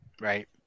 Right